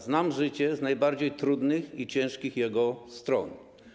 Znam życie z najbardziej trudnych i ciężkich jego stron.